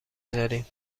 داریم